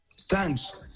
thanks